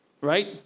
right